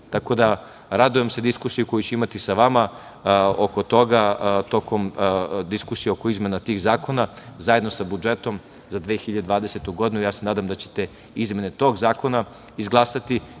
da, radujem se diskusiji koju ću imati sa vama oko toga tokom diskusije oko izmena tih zakona zajedno sa budžetom za 2020. godinu. Nadam se da ćete izmene tog zakona izglasati,